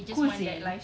cool seh